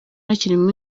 kirimo